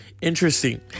Interesting